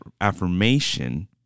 affirmation